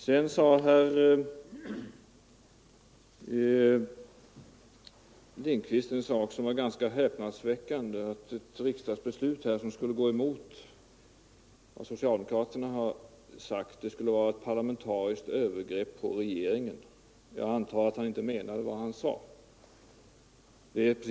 Herr Lindkvist sade också något ganska häpnadsväckande, nämligen att ett riksdagsbeslut som skulle gå emot socialdemokraternas önskemål skulle innebära ett parlamentariskt övergrepp på regeringen. Jag antar att han inte menade vad han sade.